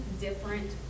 different